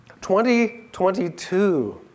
2022